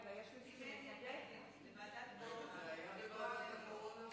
ועדת קורונה.